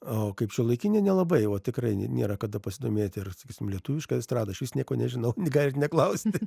o kaip šiuolaikinė nelabai o tikrai nėra kada pasidomėti ar sakysim lietuviška estrada išvis nieko nežinau galit neklausti